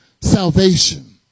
salvation